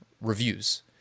reviews